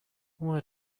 what